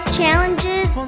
challenges